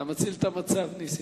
אתה מציל את המצב, נסים.